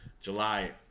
July